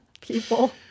people